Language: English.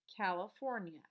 California